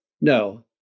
No